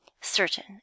certain